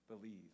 believe